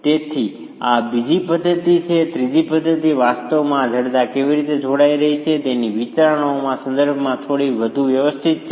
તેથી આ બીજી પદ્ધતિ છે ત્રીજી પદ્ધતિ વાસ્તવમાં આ જડતા કેવી રીતે જોડાઈ રહી છે તેની વિચારણાઓના સંદર્ભમાં થોડી વધુ વ્યવસ્થિત છે